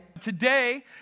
Today